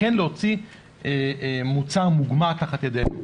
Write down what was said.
כן להוציא מוצר מוגמר תחת ידינו.